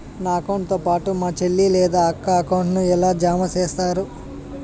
నా అకౌంట్ తో పాటు మా చెల్లి లేదా అక్క అకౌంట్ ను ఎలా జామ సేస్తారు?